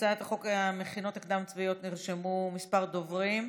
להצעת חוק המכינות הקדם-צבאיות נרשמו כמה דוברים.